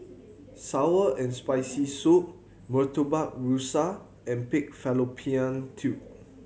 sour and Spicy Soup Murtabak Rusa and pig fallopian tube